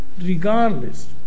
Regardless